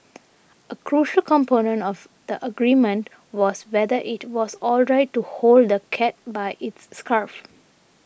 a crucial component of the argument was whether it was alright to hold the cat by its scruff